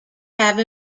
have